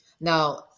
Now